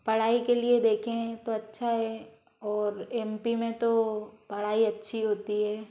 पढ़ाई के लिए देखें तो अच्छा है और एम पी में तो पढ़ाई अच्छी होती है